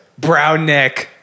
Brownneck